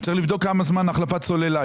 צריך לבדוק כמה זמן החלפת סוללה.